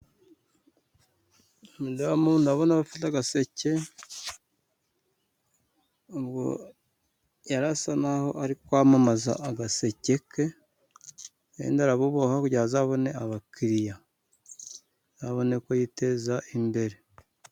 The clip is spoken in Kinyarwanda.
Uyu mudamu ndabona afite agaseke, yari asa n'aho ari kwamamaza agaseke ke, wenda arabuboha kugira azabone abakiriya. Azabone uko yiteza imbere.